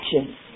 actions